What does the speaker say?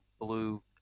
blue